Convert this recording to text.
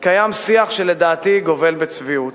קיים שיח שלדעתי גובל בצביעות,